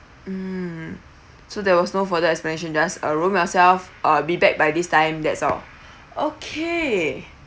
mm so there was no further explanation just uh room yourself uh be back by this time that's all okay